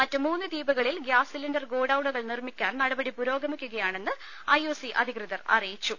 മറ്റ് മൂന്ന് ദ്വീപുകളിൽ ഗ്യാസ് സിലിണ്ടർ ഗോഡൌണുകൾ നിർമ്മിക്കാൻ നടപടി പുരോഗമിക്കുകയാണെന്ന് ഐ ഒ സി അധികൃതർ അറിയിച്ചു